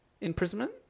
imprisonment